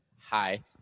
hi